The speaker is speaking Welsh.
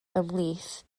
ymhlith